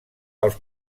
pels